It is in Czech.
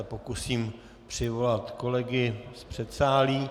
Pokusím se přivolat kolegy z předsálí.